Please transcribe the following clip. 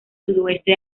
sudoeste